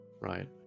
right